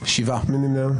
מי נמנע?